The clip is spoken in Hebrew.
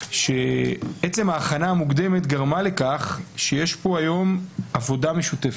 שעצם ההכנה המוקדמת גרמה לכך שיש פה היום עבודה משותפת,